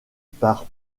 par